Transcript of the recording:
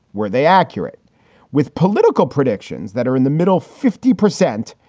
where they accurate with political predictions that are in the middle fifty percent,